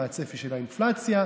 מה הצפי של האינפלציה,